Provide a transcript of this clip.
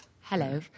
Hello